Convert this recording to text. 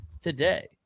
today